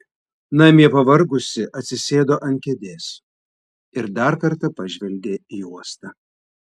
namie pavargusi atsisėdo ant kėdės ir dar kartą pažvelgė į uostą